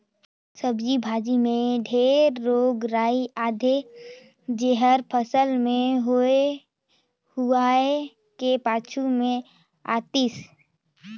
सब्जी भाजी मे ढेरे रोग राई आथे जेहर फसल के होए हुवाए के पाछू मे आतिस